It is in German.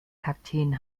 kakteen